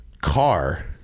car